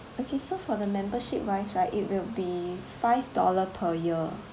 okay so for the membership wise right it will be five dollar per year